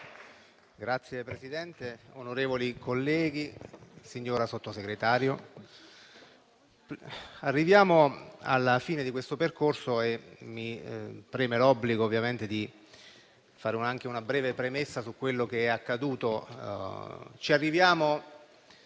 Signor Presidente, onorevoli colleghi, signora Sottosegretario, arriviamo alla fine di questo percorso e mi preme l'obbligo, ovviamente, di fare anche una breve premessa su quello che è accaduto. Ci arriviamo